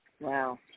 Wow